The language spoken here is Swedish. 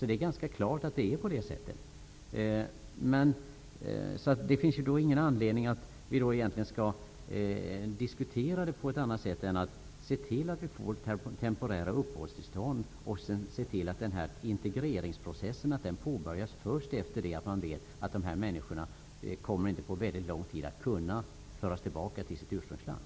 Det är ganska klart att det är på det sättet, och det finns alltså egentligen ingen anledning för oss att diskutera det här. Vi bör därför i stället se till att vi inför temporära uppehållstillstånd och att integreringsprocessen påbörjas först efter det att man vet att de här människorna inte på väldigt lång tid kommer att kunna föras tillbaka till sitt ursprungsland.